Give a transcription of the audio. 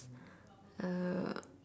uh